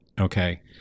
Okay